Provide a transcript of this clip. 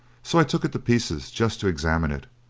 so i took it to pieces just to examine it,